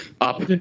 Up